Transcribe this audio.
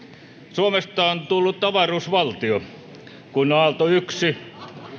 suomesta on tullut avaruusvaltio kun aalto yksi